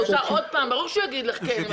ברור שהוא יגיד לך כן,